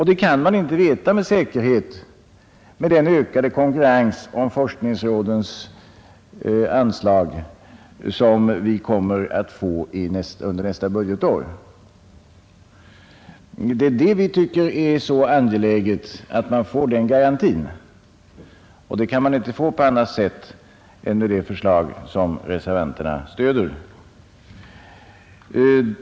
Det kan man nu inte med säkerhet veta med den ökade konkurrens om forskningsrådens anslag, som vi kommer att få under nästa budgetår. Det är att få den garantin vi tycker är så angeläget. Och den kan man inte få på annat sätt än genom det förslag som reservanterna stöder.